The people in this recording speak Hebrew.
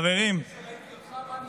אחרי שראיתי אותך, מה נשאר?